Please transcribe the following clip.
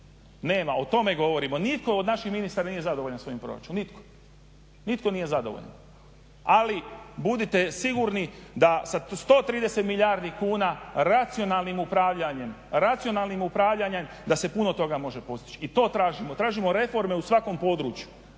nema. O tome govorimo. Nitko od naših ministara nije zadovoljan sa ovim proračunom, nitko nije zadovoljan. Ali budite sigurni da sa 130 milijardi kuna racionalnim upravljanjem da se puno toga može postići i to tražimo. Tražimo reforme u svakom području